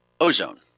ozone